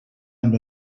amb